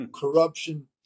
corruption